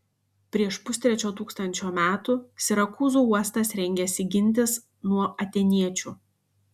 prieš pustrečio tūkstančio metų sirakūzų uostas rengėsi gintis nuo atėniečių